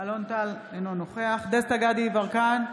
אלון טל, אינו נוכח דסטה גדי יברקן,